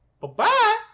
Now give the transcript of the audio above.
Bye-bye